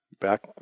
back